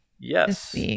Yes